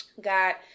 got